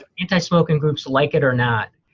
anti-smoking groups, like it or not,